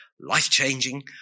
life-changing